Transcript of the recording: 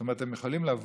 זאת אומרת, הם יכולים לבוא